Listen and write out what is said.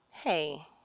Hey